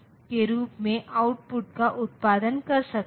तो इस तरह यह कुछ कठिनाई पैदा करता है